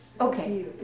Okay